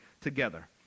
together